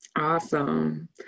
Awesome